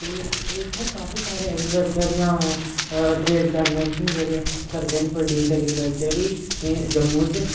ते इत्थें काफी सारे ऐग्रीकल्चर जां ट्रेड चैनल्स न जेह्ड़े करदे न प्रोड्यूस ऐग्रीकल्चर गी जम्मू च